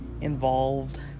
involved